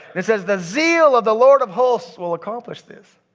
it says, the zeal of the lord of hosts will accomplish this.